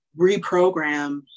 reprogram